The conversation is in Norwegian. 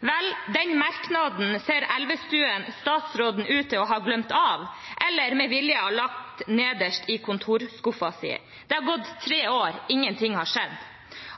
Vel, den merknaden ser statsråd Elvestuen ut til å ha glemt, eller han har lagt den nederst i kontorskuffen sin. Det har gått tre år – ingen ting har skjedd.